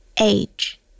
Age